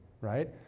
right